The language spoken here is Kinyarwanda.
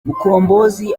mkombozi